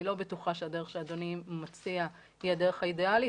אני לא בטוחה שהדרך שאדוני מציע היא הדרך האידיאלית,